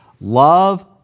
Love